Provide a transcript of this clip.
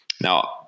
Now